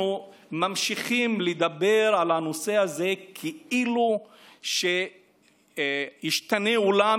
אנחנו ממשיכים לדבר על הנושא הזה כאילו שישתנה העולם